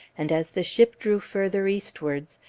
and as the ship drew further eastwards,